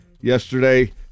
Yesterday